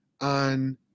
on